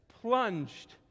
plunged